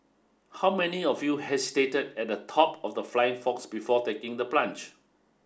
how many of you hesitated at the top of the flying fox before taking the plunge